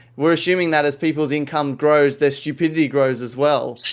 we're assuming that as people's income grows, their stupidity grows as well.